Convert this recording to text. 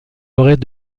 forêt